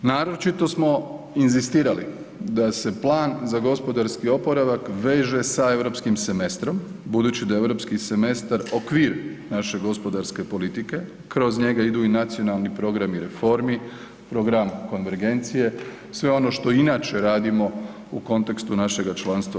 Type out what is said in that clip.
Naročito smo inzistirali da se plan za gospodarski oporavak veže sa europskim semestrom budući da je europski semestar okvir naše gospodarske politike, kroz njega idu i nacionalni programi reformi, program konvergencije, sve ono što inače radimo u kontekstu našega članstva u EU.